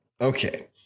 okay